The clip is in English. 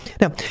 Now